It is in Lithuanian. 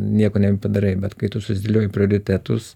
nieko nebepadarai bet kai tu susidėlioji prioritetus